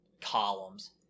columns